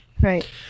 right